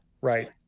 Right